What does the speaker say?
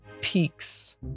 peaks